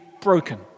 broken